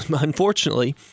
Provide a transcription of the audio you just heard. unfortunately